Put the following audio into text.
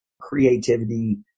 creativity